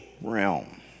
realm